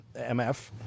MF